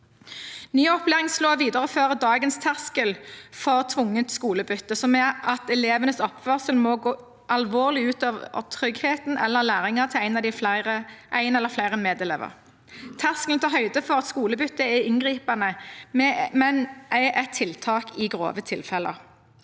Ny opplæringslov viderefører dagens terskel for tvungent skolebytte, som er at elevenes oppførsel må gå alvorlig ut over tryggheten eller læringen til en eller flere medelever. Terskelen tar høyde for at skolebytte er inngripende, men er et tiltak i grove tilfeller.